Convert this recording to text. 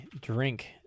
drink